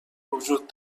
وجود